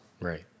Right